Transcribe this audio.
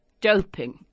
doping